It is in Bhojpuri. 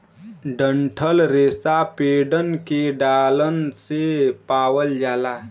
डंठल रेसा पेड़न के डालन से पावल जाला